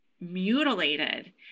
mutilated